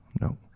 no